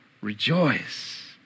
rejoice